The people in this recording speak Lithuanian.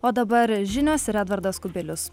o dabar žinios ir edvardas kubilius